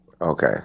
Okay